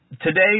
today